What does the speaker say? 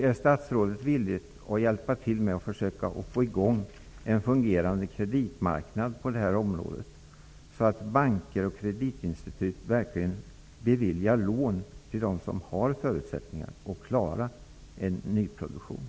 Är statsrådet villig att försöka få i gång en fungerande kreditmarknad på detta område, så att banker och kreditinstitut verkligen beviljar lån till dem som har förutsättningar för att klara nyproduktion?